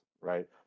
right